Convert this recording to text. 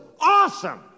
awesome